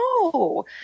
no